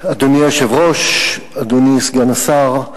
אדוני היושב-ראש, אדוני סגן השר,